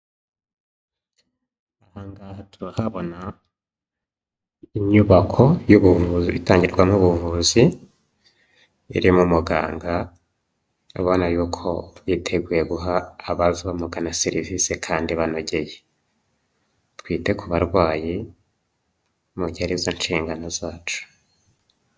Aha ngaha turabona inyubako y'ubuvuzi itangirwamo ubuvuzi, irimo umuganga ubona yuko yiteguye guha